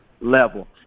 level